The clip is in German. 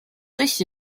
sich